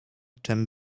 czem